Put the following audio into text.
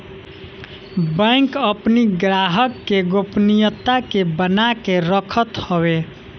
bank अपनी ग्राहक के गोपनीयता के बना के रखत हवे